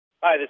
Hi